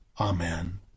Amen